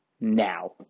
Now